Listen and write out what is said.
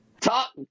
Talk